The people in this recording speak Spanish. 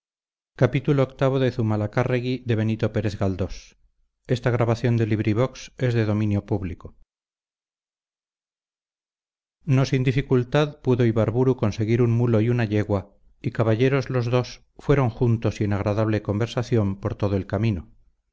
no sin dificultad pudo ibarburu conseguir un mulo y una yegua y caballeros los dos fueron juntos y en agradable conversación por todo el camino mas